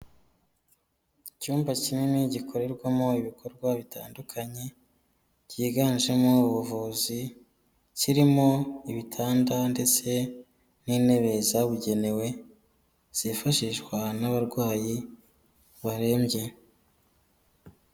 Icyumba kinini gikorerwamo ibikorwa bitandukanye byiganjemo ubuvuzi, kirimo ibitanda ndetse n'intebe zabugenewe zifashishwa n'abarwayi barembye.